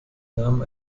nahmen